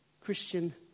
Christian